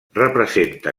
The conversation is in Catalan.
representa